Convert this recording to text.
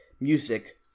music